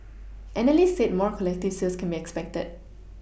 analysts said more collective sales can be expected